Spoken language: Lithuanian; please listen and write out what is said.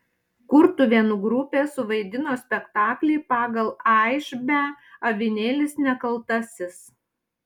kurtuvėnų grupė suvaidino spektaklį pagal aišbę avinėlis nekaltasis